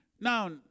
Now